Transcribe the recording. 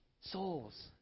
souls